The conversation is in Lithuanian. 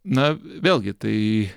na vėlgi tai